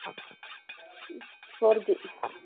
four G